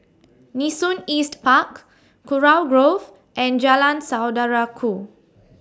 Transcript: Nee Soon East Park Kurau Grove and Jalan Saudara Ku